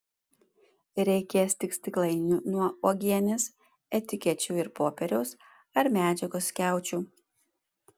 reikės tik stiklainių nuo uogienės etikečių ir popieriaus ar medžiagos skiaučių